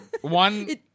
One